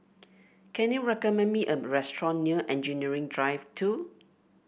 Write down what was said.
can you recommend me a restaurant near Engineering Drive Two